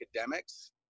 academics